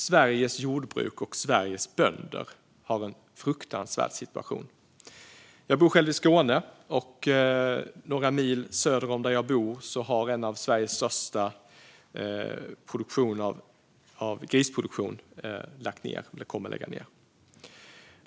Sveriges jordbruk och Sveriges bönder har en fruktansvärd situation. Jag bor själv i Skåne. Några mil söder om där jag bor kommer en av Sveriges största anläggningar för grisproduktion att läggas ned.